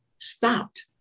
stopped